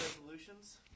resolutions